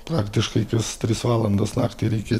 praktiškai kas tris valandas naktį reikia